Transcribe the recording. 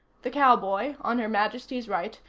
the cowboy, on her majesty's right,